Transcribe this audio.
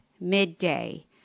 midday